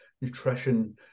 nutrition